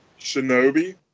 Shinobi